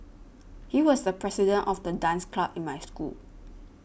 he was the president of the dance club in my school